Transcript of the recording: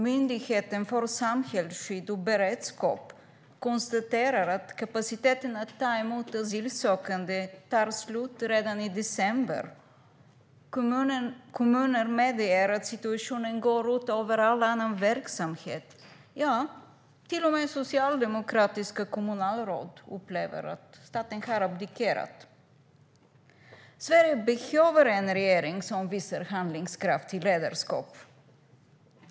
Myndigheten för samhällsskydd och beredskap konstaterar att kapaciteten att ta emot asylsökande tar slut redan i december. Kommuner medger att situationen går ut över all annan verksamhet. Ja, till och med socialdemokratiska kommunalråd upplever att staten har abdikerat. Sverige behöver en regering som visar handlingskraftigt ledarskap!